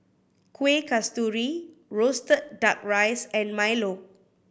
Kueh Kasturi roasted Duck Rice and milo